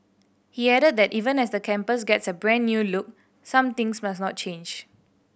he added that even as the campus gets a brand new look some things must not change